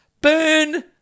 Burn